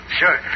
sure